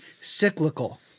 cyclical